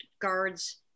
guards